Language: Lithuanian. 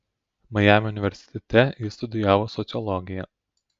majamio universitete ji studijavo sociologiją